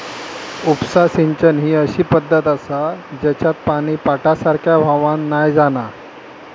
उपसा सिंचन ही अशी पद्धत आसा जेच्यात पानी पाटासारख्या व्हावान नाय जाणा